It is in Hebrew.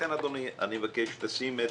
לכן אדוני, אני מבקש שתשים את